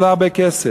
וזה לא הרבה כסף,